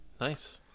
Nice